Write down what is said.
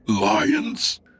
lions